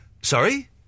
sorry